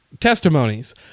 testimonies